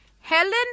Helen